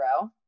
row